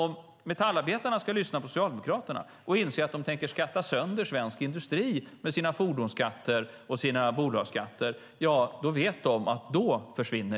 Om metallarbetarna ska lyssna på Socialdemokraterna och inser att de tänker skatta sönder svensk industri med sina fordonsskatter och bolagsskatter - ja, då vet de att jobben försvinner.